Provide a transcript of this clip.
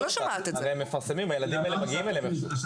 הם גם מפרסמים כי הילדים מגיעים אליהם איכשהו.